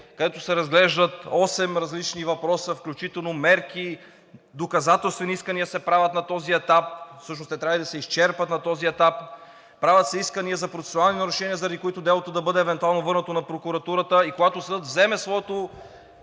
където се разглеждат осем различни въпроса, включително мерки, доказателствени искания се правят на този етап, а всъщност те трябва да се изчерпят на този етап, правят се искания за процесуални нарушения, заради което делото да бъде евентуално върнато на прокуратурата, а когато съдът вземе своето